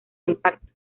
impacto